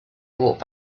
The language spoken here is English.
walked